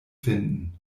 finden